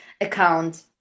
account